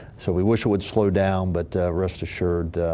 so we wish it would slow down. but rest assured, ah,